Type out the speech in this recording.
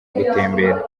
gutembera